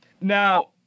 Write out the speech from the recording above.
Now